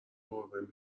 گربه